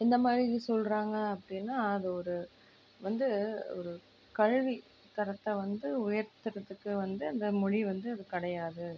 எந்த மாதிரி சொல்றாங்க அப்படின்னா அது ஒரு வந்து ஒரு கல்வி தரத்தை வந்து உயர்த்துறதுக்கு வந்து அந்த மொழி வந்து அது கிடையாது